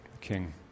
king